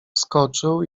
skoczył